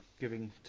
Giving